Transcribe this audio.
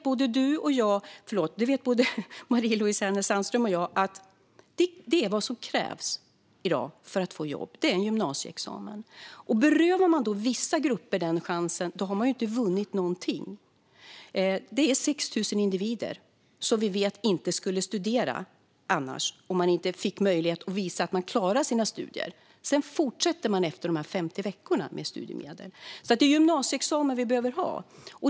Både Marie-Louise Hänel Sandström och jag vet ju att vad som krävs för att få jobb i dag är en gymnasieexamen. Berövar man då vissa grupper den chansen har man inte vunnit någonting. Det är 6 000 individer som vi vet inte skulle studera om de inte fick den här möjligheten att visa att de klarar sina studier. Sedan fortsätter man med studiemedel efter dessa 50 veckor. Det är gymnasieexamen vi behöver ha.